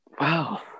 wow